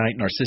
narcissistic